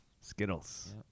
Skittles